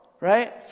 Right